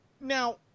Now